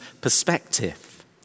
perspective